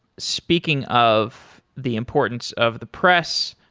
speaking of the importance of the press,